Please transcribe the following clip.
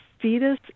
fetus